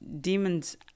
demons